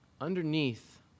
Underneath